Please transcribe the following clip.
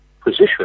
position